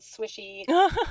swishy